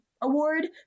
Award